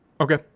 Okay